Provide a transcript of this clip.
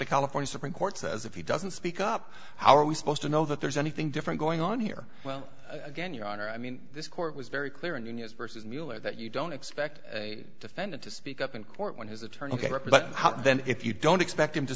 the california supreme court says if he doesn't speak up how are we supposed to know that there's anything different going on here well again your honor i mean this court was very clear in his versus mueller that you don't expect a defendant to speak up in court when his attorney can represent then if you don't expect him to